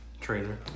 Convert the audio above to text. trailer